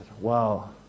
wow